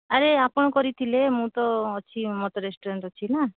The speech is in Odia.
ଆରେ ଆପଣ କରିଥିଲେ ମୁଁ ତ ଅଛି ମୋର ତ ରେଷ୍ଟୁରାଣ୍ଟ୍ ଅଛି ନାଁ